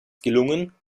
gelungen